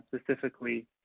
specifically